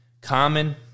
Common